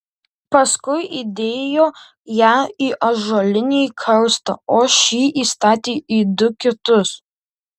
paskui įdėjo ją į ąžuolinį karstą o šį įstatė į du kitus